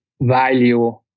value